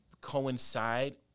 coincide